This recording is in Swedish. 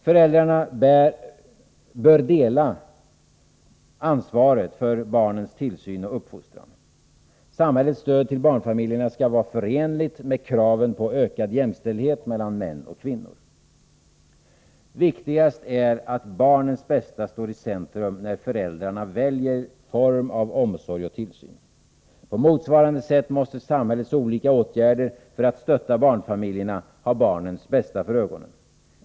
Föräldrarna bör dela på ansvaret för barnens tillsyn och uppfostran. Samhällets stöd till barnfamiljerna skall vara förenligt med kraven på ökad jämställdhet mellan män och kvinnor. Viktigast är att barnens bästa står i centrum när föräldrarna väljer form av omsorg och tillsyn. På motsvarande sätt måste samhällets olika åtgärder för att stötta barnfamiljerna ha barnens bästa för ögonen.